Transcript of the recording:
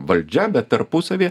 valdžia bet tarpusavy